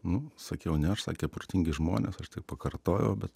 nu sakiau ne aš sakė protingi žmonės aš tik pakartojau bet